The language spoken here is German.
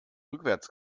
rückwärts